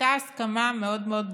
הייתה הסכמה מאוד מאוד ברורה,